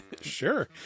Sure